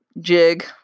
jig